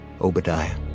Obadiah